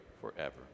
forever